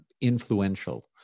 influential